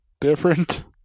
different